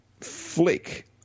flick